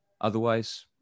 Otherwise